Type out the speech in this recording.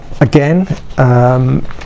Again